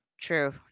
True